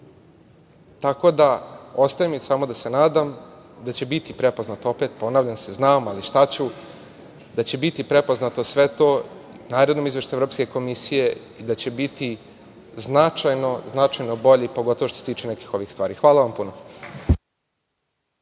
da ostaje mi samo da se nadam da će biti prepoznata, opet ponavljam, znam, ali šta ću, da će biti prepoznata sve to u narednom izveštaju Evropske komisije i da će biti značajno, značajno bolji pogotovo što se tiče nekih ovih stvari. Hvala vam puno.